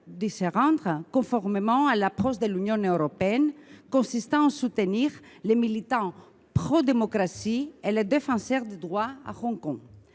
de s’y rendre, conformément à l’approche de l’Union européenne consistant à soutenir les militants prodémocratie et les défenseurs des droits à Hong Kong.